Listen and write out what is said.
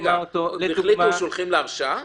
לדוגמה --- החליטו שהולכים להרשעה?